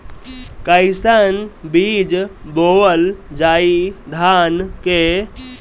कईसन बीज बोअल जाई धान के?